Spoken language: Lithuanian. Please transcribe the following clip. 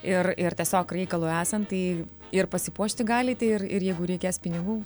ir ir tiesiog reikalui esant tai ir pasipuošti galite ir ir jeigu reikės pinigų